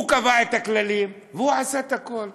הוא קבע את הכללים והוא עשה את הכול.